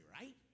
right